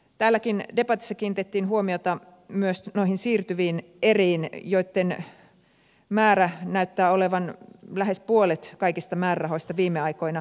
täälläkin debatissa kiinnitettiin huomiota myös noihin siirtyviin eriin joitten määrä näyttää olevan lähes puolet kaikista määrärahoista viime aikoina